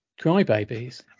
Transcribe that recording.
crybabies